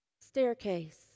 staircase